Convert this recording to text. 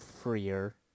freer